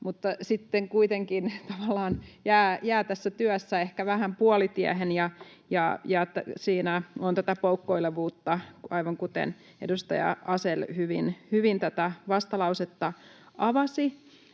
mutta sitten kuitenkin se tavallaan jää tässä työssä ehkä vähän puolitiehen, ja siinä on tätä poukkoilevuutta, aivan kuten edustaja Asell hyvin tätä vastalausetta avasi.